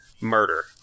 Murder